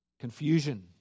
confusion